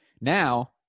Now